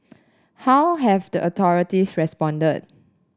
how have the authorities responded